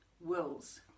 wills